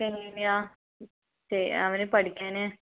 അവനു പഠിക്കാൻ